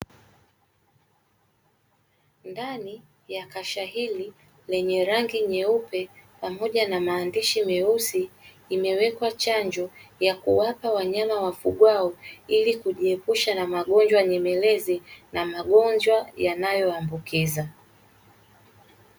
Ndani ya kasha hili lenye rangi nyeupe pamoja na maandishi meusi imewekwa chanjo ya kuwapa wanyama wafugwao, ili kujiepusha na magonjwa nyemelezi na magonjwa yanayoambukiza.